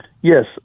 yes